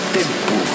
tempo